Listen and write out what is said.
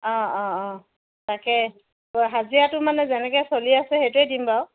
অঁ অঁ অঁ তাকে হাজিৰাটো মানে যেনেকে চলি আছে সেইটোৱে দিম বাৰু